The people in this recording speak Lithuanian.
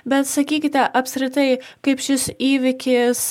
bet sakykite apsritai kaip šis įvykis